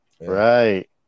Right